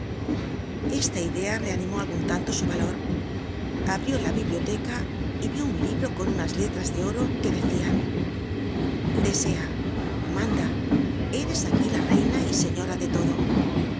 esta idea reanimó algun lanlo su valor abrió la biblioteca y ió un libro con unas letras de ol'o que de cían desea manda eres aqui la reina y señora de todo